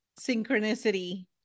synchronicity